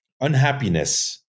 unhappiness